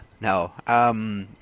no